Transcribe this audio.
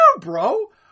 bro